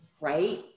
right